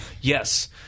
yes